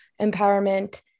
empowerment